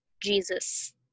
Jesus